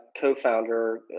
co-founder